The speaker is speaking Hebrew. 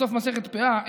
בסוף מסכת פאה,